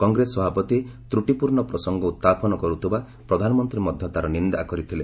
କଂଗ୍ରେସ ସଭାପତି ତ୍ରଟିପୂର୍ଣ୍ଣ ପ୍ରସଙ୍ଗ ଉତ୍ଥାପନ କରୁଥିବା ପ୍ରଧାନମନ୍ତ୍ରୀ ମଧ୍ୟ ତା'ର ନିନ୍ଦା କରିଥିଲେ